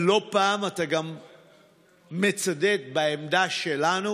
לא פעם אתה גם מצדד בעמדה שלנו